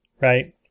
right